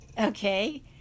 okay